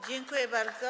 Dziękuję bardzo.